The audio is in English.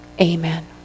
amen